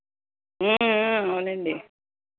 అవునండి